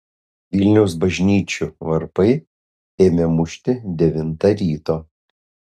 vilniaus bažnyčių varpai ėmė mušti devintą ryto